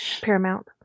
paramount